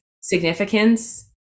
Significance